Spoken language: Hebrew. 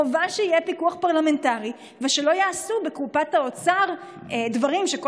חובה שיהיה פיקוח פרלמנטרי ושלא יעשו בקופת האוצר דברים שאנחנו,